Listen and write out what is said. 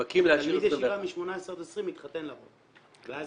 תלמיד ישיבה מ-18 עד 20 מתחתן לרוב ואז